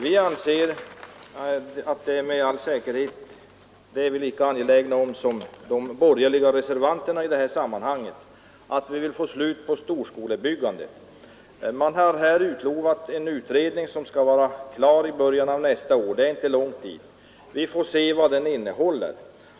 Vi är lika angelägna som de borgerliga reservanterna att få ett slut på storskolebyggandet. Det har utlovats att en utredning skall vara slutförd till början av nästa år, och det är inte långt till dess. Vi får då se vilka resultat den uppvisar.